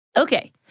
Okay